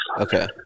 Okay